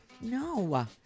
No